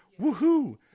woohoo